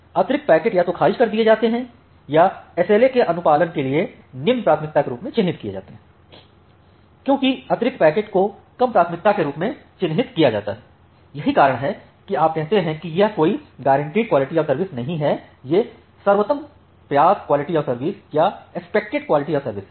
अतिरिक्त पैकेट या तो खारिज कर दिए जाते हैं या SLA के अनुपालन के लिए निम्न प्राथमिकता के रूप में चिह्नित किए जाते हैं क्योंकि अतिरिक्त पैकेट को कम प्राथमिकता के रूप में चिह्नित किया जाता है यही कारण है कि आप कहते हैं कि यह कोई अपेक्षित QoS नही है ये सर्वोत्तम प्रयास QoS या एस्पेक्टेड QoS है